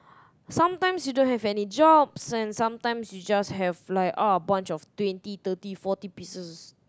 sometimes you don't have any jobs and sometimes you just have like uh a bunch of twenty thirty forty pieces